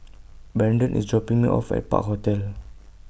Brandon IS dropping Me off At Park Hotel